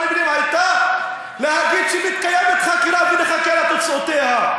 פנים הייתה להגיד שמתקיימת חקירה ונחכה לתוצאותיה.